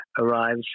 arrives